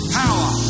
power